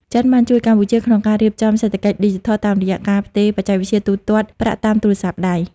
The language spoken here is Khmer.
ចិនបានជួយកម្ពុជាក្នុងការរៀបចំ "សេដ្ឋកិច្ចឌីជីថល" តាមរយៈការផ្ទេរបច្ចេកវិទ្យាទូទាត់ប្រាក់តាមទូរស័ព្ទដៃ។